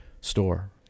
store